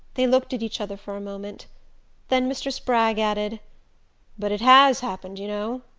they looked at each other for a moment then mr. spragg added but it has happened, you know.